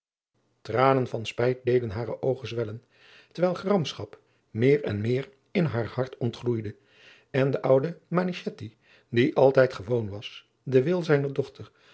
tranen van spijt deden hare oogen zwellen terwijl gramschap meer en meer in haar hart ontgloeide en de oude manichetti die altijd gewoon was den wil zijner dochter